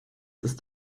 ist